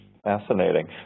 Fascinating